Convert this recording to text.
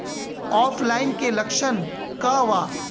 ऑफलाइनके लक्षण क वा?